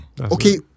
Okay